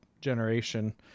generation